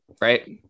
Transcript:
Right